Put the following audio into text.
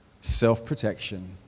self-protection